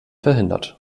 verhindert